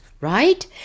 right